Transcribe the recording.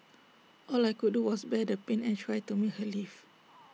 all I could do was bear the pain and try to make her leave